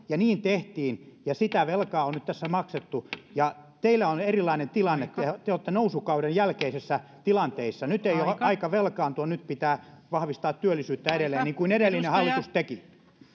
ja sosiaaliturvasta niin tehtiin ja sitä velkaa on nyt tässä maksettu teillä on erilainen tilanne te olette nousukauden jälkeisissä tilanteissa nyt ei ole aika velkaantua nyt pitää vahvistaa työllisyyttä edelleen niin kuin edellinen hallitus teki